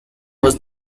was